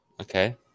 Okay